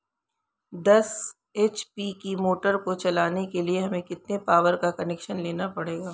दस एच.पी की मोटर को चलाने के लिए हमें कितने पावर का कनेक्शन लेना पड़ेगा?